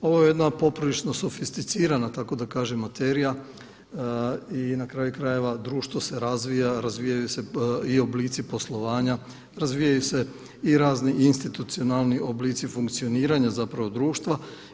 Ovo je jedna poprilično sofisticirana tako da kažem materija i na kraju krajeva društvo se razvija, razvijaju se i oblici poslovanja, razvijaju se i razni institucionalni oblici funkcioniranja zapravo društva.